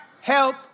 help